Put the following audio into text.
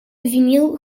vinyl